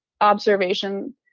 observation